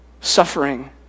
suffering